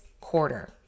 quarter